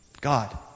God